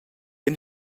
ein